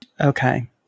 Okay